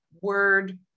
word